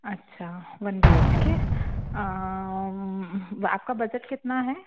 अच्छा one B H K आपका budget कितना है